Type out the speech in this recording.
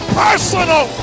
personal